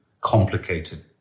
complicated